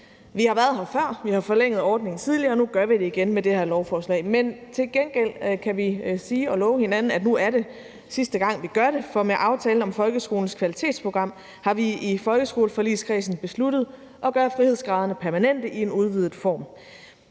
Vi har været her før, vi har forlænget ordningen tidligere, og nu gør vi det igen med det her lovforslag. Men til gengæld kan vi sige og love hinanden, at det nu er sidste gang, vi gør det, for med aftalen om folkeskolens kvalitetsprogram har vi i folkeskoleforligskredsen besluttet at gøre frihedsgraderne permanente i en udvidet form.